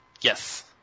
Yes